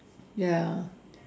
ya